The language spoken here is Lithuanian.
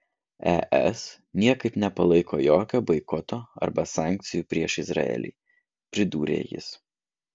es niekaip nepalaiko jokio boikoto arba sankcijų prieš izraelį pridūrė jis